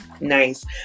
nice